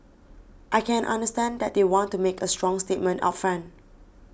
I can understand that they want to make a strong statement up front